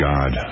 God